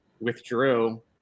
withdrew